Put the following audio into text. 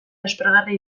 aspergarri